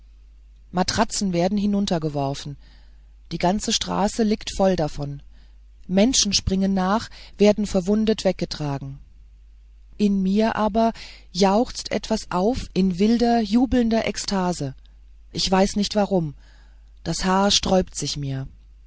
matratzen werden hinuntergeworfen die ganze straße liegt voll davon menschen springen nach werden verwundet weggetragen in mir aber jauchzt etwas auf in wilder jubelnder ekstase ich weiß nicht warum das haar sträubt sich mir